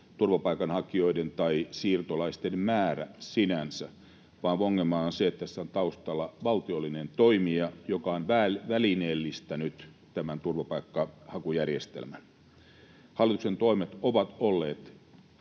turvapaikanhakijoiden tai siirtolaisten määrä sinänsä, vaan ongelma on se, että tässä on taustalla valtiollinen toimija, joka on välineellistänyt tämän turvapaikkahakujärjestelmän. Hallituksen toimet ovat olleet